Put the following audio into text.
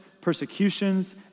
persecutions